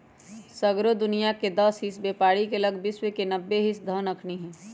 सगरो दुनियाँके दस हिस बेपारी के लग विश्व के नब्बे हिस धन अखनि हई